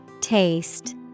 Taste